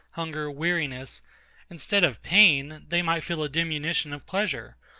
hunger, weariness instead of pain, they might feel a diminution of pleasure,